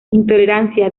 intolerancia